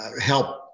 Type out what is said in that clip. help